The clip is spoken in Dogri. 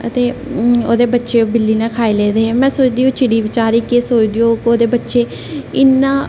ते ओह्दे बच्चे बिल्ली ने खाई लेदे हे ते में सोचदी ओह् चिड़ी बेचारी केह् सोचदी होग कि ओह्दे बच्चे इन्ना